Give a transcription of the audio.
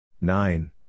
Nine